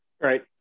Right